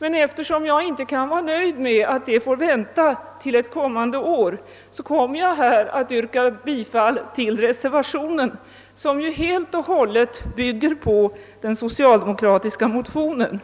Eftersom jag inte kan vara nöjd med att det får vänta till ett kommande år, kommer jag ändå att yrka bifall till reservationen, som helt och hållet bygger på det socialdemokratiska motionsparet.